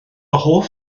hoff